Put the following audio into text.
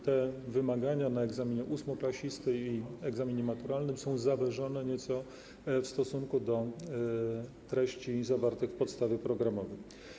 Te wymagania na egzaminie ósmoklasisty i egzaminie maturalnym są nieco zawyżone w stosunku do treści zawartych w podstawie programowej.